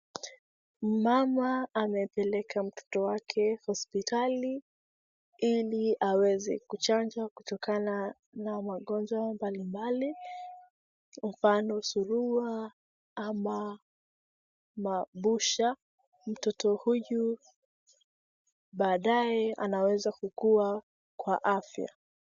Mama amepeleka mtoto wake hospitali ili aweze kuchanjwa kutokana na magonjwa mbali mbali mano suruwa ama mabusha, mtoto huyu baadaye anaweza kukua kwa afya.